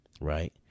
right